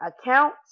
account